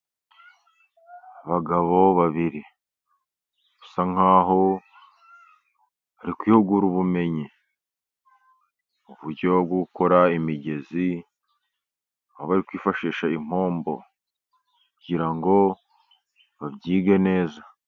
Abagabo babiri basa nkaho bari kwihugura ubumenyi, uburyo bwo gukora imigezi, aho bari kwifashisha impombo, kugira ngo babyige neza.